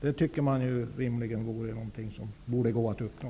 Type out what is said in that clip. Det borde gå att uppnå.